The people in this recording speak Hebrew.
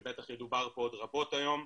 שבטח ידובר פה עוד רבות היום,